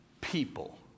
people